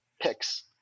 picks